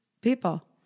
people